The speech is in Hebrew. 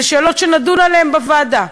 אלה שאלות שנדון בהן בוועדה.